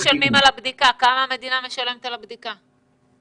כמה המדינה משלמת על הבדיקה?